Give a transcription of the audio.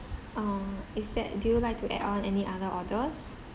uh is that do you like to add on any other orders